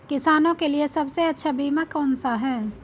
किसानों के लिए सबसे अच्छा बीमा कौन सा है?